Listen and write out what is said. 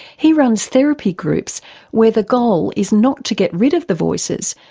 he runs therapy groups where the goal is not to get rid of the voices,